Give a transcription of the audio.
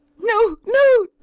no! no!